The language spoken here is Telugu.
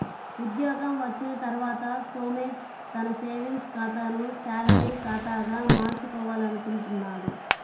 ఉద్యోగం వచ్చిన తర్వాత సోమేష్ తన సేవింగ్స్ ఖాతాను శాలరీ ఖాతాగా మార్చుకోవాలనుకుంటున్నాడు